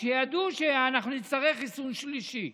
כי ידעו שאנחנו נצטרך חיסון שלישי.